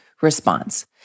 response